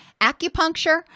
Acupuncture